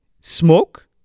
Smoke